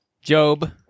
Job